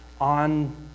on